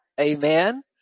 Amen